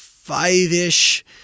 Five-ish